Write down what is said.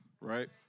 right